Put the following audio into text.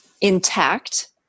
intact